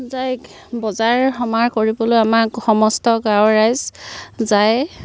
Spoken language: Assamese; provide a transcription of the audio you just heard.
যায় বজাৰ সমাৰ কৰিবলৈ আমাৰ সমস্ত গাঁৱৰ ৰাইজ যায়